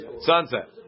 sunset